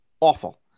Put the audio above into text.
Awful